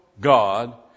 God